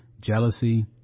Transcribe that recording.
jealousy